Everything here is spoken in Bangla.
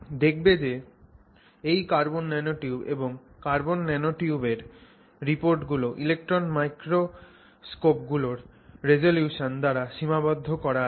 দেখবে যে এই কার্বন ন্যানোটিউব এবং কার্বন ন্যানোটিউবের রিপোর্টগুলো ইলেক্ট্রন মাইক্রোস্কোপ গুলোর রিজোলিউশন দ্বারা সীমাবদ্ধ করা আছে